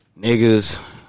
niggas